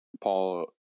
paul